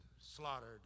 slaughtered